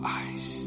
eyes